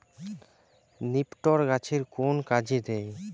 নিপটর গাছের কোন কাজে দেয়?